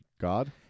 God